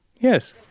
Yes